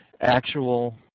actual